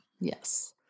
Yes